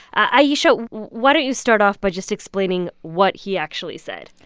ayesha, why don't you start off by just explaining what he actually said?